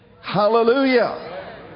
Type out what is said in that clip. Hallelujah